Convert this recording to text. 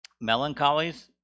Melancholies